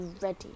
ready